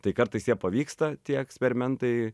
tai kartais jie pavyksta tie eksperimentai